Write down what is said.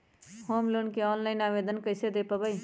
Home loan के online आवेदन कैसे दें पवई?